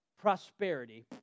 prosperity